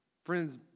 Friends